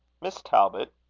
miss talbot,